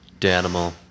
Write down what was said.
danimal